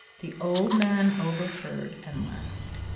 the old man overheard, and laughed.